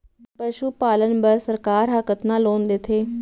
पशुपालन बर सरकार ह कतना लोन देथे?